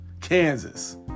Kansas